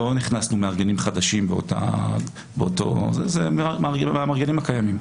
לא הכנסנו מארגנים חדשים, זה מהמארגנים הקיימים.